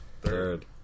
third